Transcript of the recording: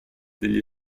degli